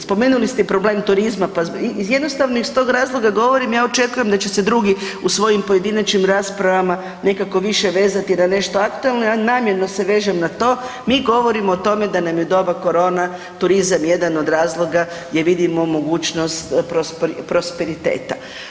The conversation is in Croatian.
Spomenuli i problem turizma, pa jednostavno iz tog razloga govorim, ja očekujem da će se drugi u svojim pojedinačnim raspravama nekako više vezati na nešto aktualno, ja namjerno se vežem na to, mi govorimo o tome da nam je u doba korone turizam jedan od razloga gdje vidimo mogućnost prosperiteta.